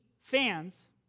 fans